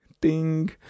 Ding